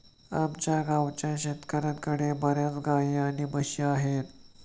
आमच्या गावाच्या शेतकऱ्यांकडे बर्याच गाई आणि म्हशी आहेत